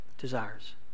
desires